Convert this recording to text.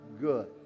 good